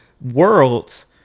worlds